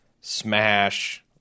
Smash